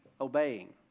obeying